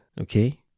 okay